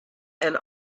and